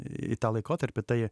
į tą laikotarpį tai